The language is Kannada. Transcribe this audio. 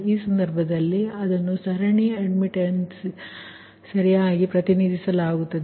ಆ ಸಂದರ್ಭದಲ್ಲಿ ಅದನ್ನು ಸರಣಿ ಅಡ್ಮಿಟ್ಟೆನ್ಸಸ್ ಸರಿಯಾಗಿ ಪ್ರತಿನಿಧಿಸಲಾಗುತ್ತದೆ